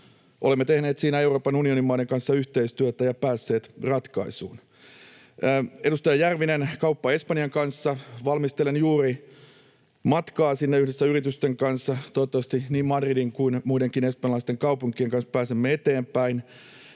Olemme tehneet siinä Euroopan unionin maiden kanssa yhteistyötä ja päässeet ratkaisuun. Edustaja Järvinen: Kauppa Espanjan kanssa. — Valmistelen juuri matkaa sinne yhdessä yritysten kanssa. Toivottavasti niin Madridin kuin muidenkin espanjalaisten kaupunkien kanssa pääsemme eteenpäin.